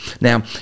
now